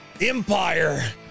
empire